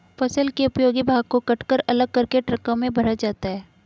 फसल के उपयोगी भाग को कटकर अलग करके ट्रकों में भरा जाता है